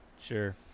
Sure